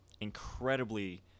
incredibly